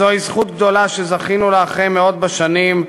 זוהי זכות גדולה שזכינו לה אחרי מאות בשנים.